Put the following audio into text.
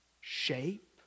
shape